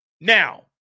Now